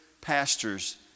pastors